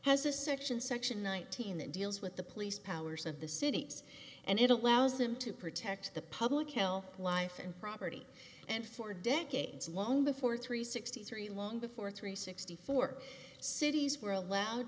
has a section section one thousand that deals with the police powers of the cities and it allows them to protect the public hill life and property and for decades long before three sixty three long before three sixty four cities were allowed